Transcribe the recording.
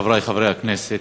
חברי חברי הכנסת,